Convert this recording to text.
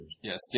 Yes